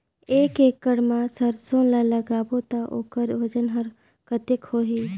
एक एकड़ मा सरसो ला लगाबो ता ओकर वजन हर कते होही?